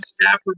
Stafford